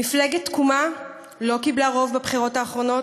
מפלגת תקומה לא קיבלה רוב בבחירות האחרונות,